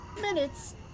minutes